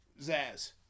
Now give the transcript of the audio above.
Zaz